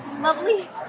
Lovely